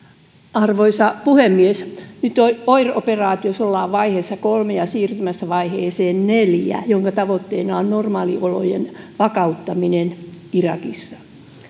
arvoisa puhemies nyt ollaan oir operaatiossa vaiheessa kolme ja siirtymässä vaiheeseen neljä jonka tavoitteena on normaaliolojen vakauttaminen irakissa